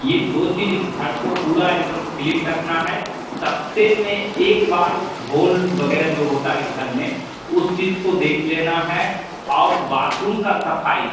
ये दो चीज घर को पूरा एकदम क्लीन रखना है सप्ते में एक बार झोल वगैरह जो होता है घर में उस चीज को देख लेना है और बाथरूम का सफाई